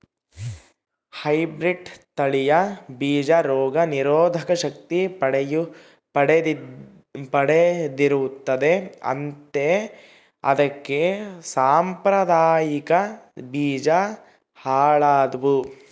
hybrid ತಳಿಯ ಬೀಜ ರೋಗ ನಿರೋಧಕ ಶಕ್ತಿ ಪಡೆದಿರುತ್ತದೆ ಅಂತೆ ಅದಕ್ಕೆ ಸಾಂಪ್ರದಾಯಿಕ ಬೀಜ ಹಾಳಾದ್ವು